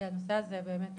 כי הנושא הזה באמת --- בוודאי,